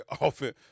often